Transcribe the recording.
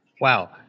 Wow